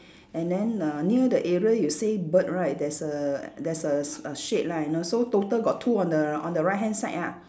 and then uh near the area you say bird right there's a there's a s~ uh shade lah and also total got two on the on the right hand side ah